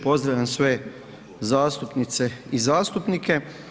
Pozdravljam sve zastupnice i zastupnike.